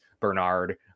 Bernard